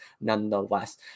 nonetheless